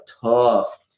tough